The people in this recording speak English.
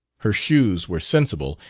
her shoes were sensible,